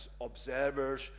observers